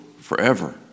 forever